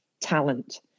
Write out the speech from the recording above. talent